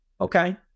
okay